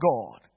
God